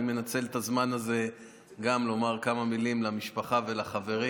אני מנצל את הזמן הזה גם לומר כמה מילים למשפחה ולחברים.